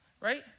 right